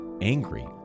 angry